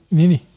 nini